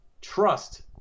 trust